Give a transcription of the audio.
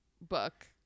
book